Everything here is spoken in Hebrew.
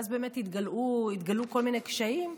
ואז באמת התגלעו כל מיני קשיים.